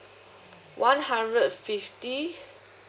one hundred fifty